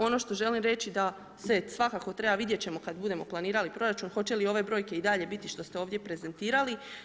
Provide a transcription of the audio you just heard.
Ono što želim reći da se svakako treba, vidjet ćemo kad budemo planirali proračun hoće li ove brojke i dalje biti što ste ovdje prezentirali.